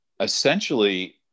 essentially